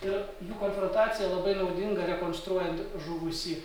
ir jų konfrontacija labai naudinga rekonstruojant žuvusį